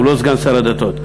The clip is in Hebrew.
הוא לא סגן שר הדתות,